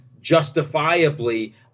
justifiably